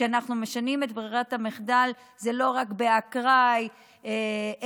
כשאנחנו משנים את ברירת המחדל זה לא רק באקראי אלא